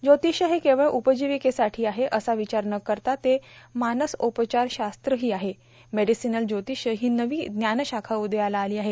ज्योतिष हे केवळ उपजीविकेसाठी आहे असा विचार न करता ते मानसोपचारशास्त्राही आहे मेडिसिनल ज्योतिष ही नवी ज्ञानशाखा उदयाला आली आहे